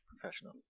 professional